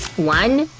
one,